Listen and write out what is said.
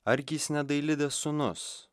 argi jis ne dailidės sūnus